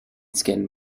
skin